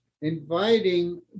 inviting